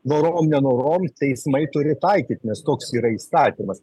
norom nenorom teismai turi taikyt nes toks yra įstatymas